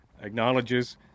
acknowledges